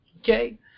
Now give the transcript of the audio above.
Okay